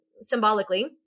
symbolically